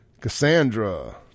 Cassandra